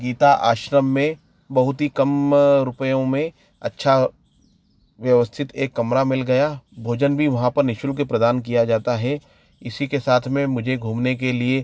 गीता आश्रम में बहुत ही कम रुपयों में अच्छा व्यवस्थित एक कमरा मिल गया भोजन भी वहाँ पर निःशुल्क प्रदान किया जाता हे इसी के साथ में मुझे घूमने के लिए